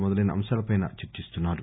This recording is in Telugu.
మొదలైన అంశాల పై చర్చిస్తున్నారు